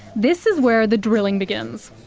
this is where the drilling begins.